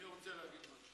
אני רוצה להגיד משהו.